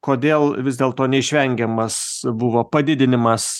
kodėl vis dėlto neišvengiamas buvo padidinimas